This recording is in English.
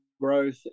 growth